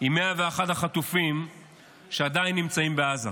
עם 101 החטופים שעדיין נמצאים בעזה,